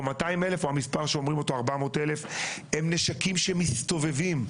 200,000 או המספר שאומרים אותו 400,000 הם נשקים שמסתובבים.